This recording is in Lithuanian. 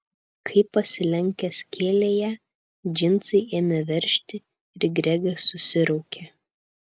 kai pasilenkęs kėlė ją džinsai ėmė veržti ir gregas susiraukė